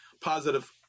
positive